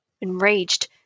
Enraged